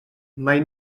mai